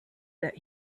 that